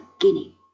guinea